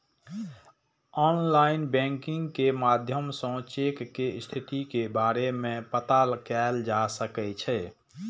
online banking के माध्यम सं चेक के स्थिति के बारे मे पता कैल जा सकै छै